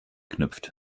knüpft